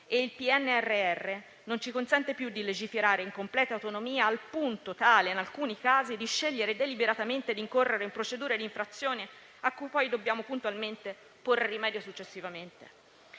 Il PNRR non ci consente più di legiferare in completa autonomia, al punto tale, in alcuni casi, di scegliere deliberatamente di incorrere in procedure di infrazione a cui poi dobbiamo puntualmente porre rimedio successivamente.